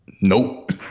Nope